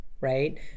right